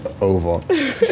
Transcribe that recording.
over